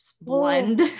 blend